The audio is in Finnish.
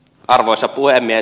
arvoisa puhemies